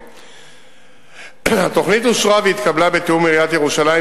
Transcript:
2 3. התוכנית אושרה והתקבלה בתיאום עם עיריית ירושלים,